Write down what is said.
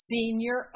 Senior